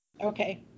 Okay